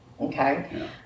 Okay